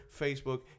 Facebook